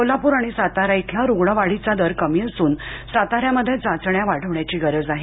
कोल्हापुर आणि सातारा येथील रुग्ण वाढीचा दर कमी असून सातारा इथे चाचण्या वाढवण्याची गरज आहे